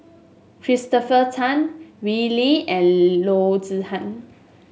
Christopher Tan Wee Lin and Loo Zihan